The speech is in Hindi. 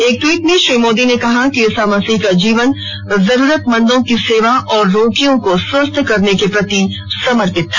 एक ट्वीट में श्री मोदी ने कहा कि ईसा मसीह का जीवन जरूरतमंदों की सेवा और रोगियों को स्वस्थ करने के प्रति समर्पित था